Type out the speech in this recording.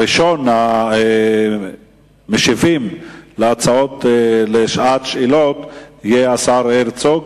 ראשון המשיבים בשעת שאלות יהיה השר הרצוג.